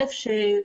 ראשית,